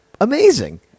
Amazing